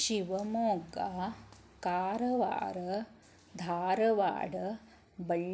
Shivamogga Karwar Dharwad Ballari Udupi